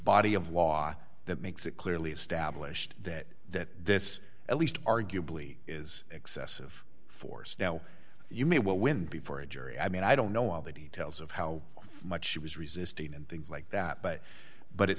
body of law that makes it clearly established that that this at least arguably is excessive force now you may well win before a jury i mean i don't know all the details of how much she was resisting and things like that but but it